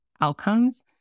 outcomes